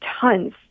tons